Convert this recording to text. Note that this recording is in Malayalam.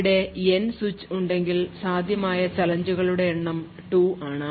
അവിടെ N സ്വിച്ച് ഉണ്ടെങ്കിൽ സാധ്യമായ ചാലഞ്ച് കളുടെ എണ്ണം 2N ആണ്